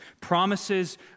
promises